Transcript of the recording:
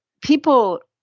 people